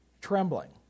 trembling